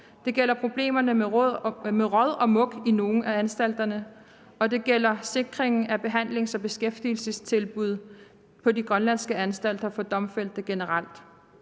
Det gælder problemerne med råd og mug på nogle af anstalterne. Og det gælder sikringen af behandlings- og beskæftigelsestilbud på de grønlandske anstalter for domfældte generelt.